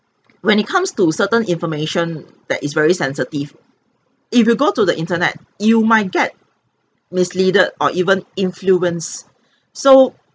when it comes to certain information that is very sensitive if you go to the internet you might get misleaded or even influenced so